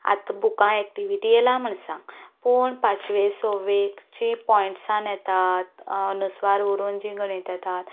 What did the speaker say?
आत बुकां एक्टिविटी येला म्हूण सांग पूण पांचवेक सवेक जी पॉयंट्सान येतात अनुस्वार उरून जीं गणीत येतात